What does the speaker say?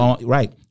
Right